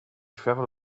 travel